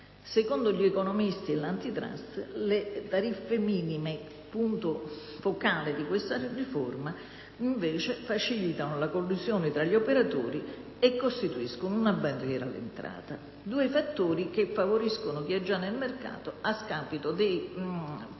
Secondo gli economisti dell'*Antitrust*, le tariffe minime, punto focale di questa riforma, facilitano invece la collusione tra gli operatori e costituiscono una barriera all'entrata: due fattori che favoriscono chi è già nel mercato a scapito dei giovani